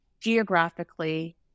geographically